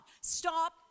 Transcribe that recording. Stop